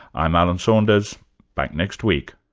i'm alan saunders back next week